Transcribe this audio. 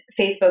Facebook